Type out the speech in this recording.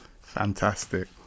fantastic